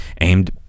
aimed